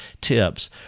tips